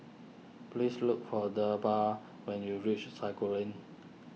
please look for Debra when you reach Sago Lane